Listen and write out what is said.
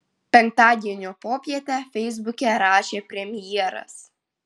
penktadienio popietę feisbuke rašė premjeras